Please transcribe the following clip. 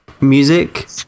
Music